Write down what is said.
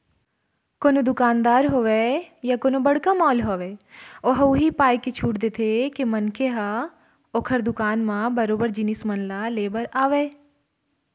कोनो दुकानदार होवय या कोनो बड़का मॉल होवय ओहा उही पाय के छूट देथे के मनखे ह ओखर दुकान म बरोबर जिनिस मन ल ले बर आवय